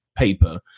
paper